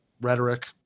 rhetoric